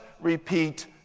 repeat